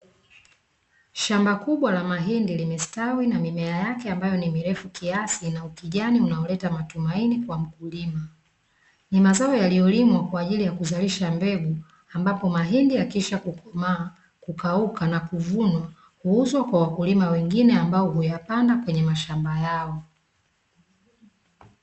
shamba kubwa la mahindi limestawi na mimea yake mirefu kiasi na ukijani unaoleta matumaini kwa mkulima, ni mazao yaliyolimwa kwaajili ya kuzalisha mbegu ambapo mahindi yakisha kukoma, kukauka na kuvunwa huuzwa kwa wakulima wengine ambayo huyapanda kwenye mashamba yao.